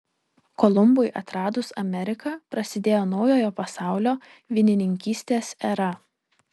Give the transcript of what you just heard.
kolumbui atradus ameriką prasidėjo naujojo pasaulio vynininkystės era